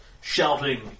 shouting